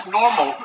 normal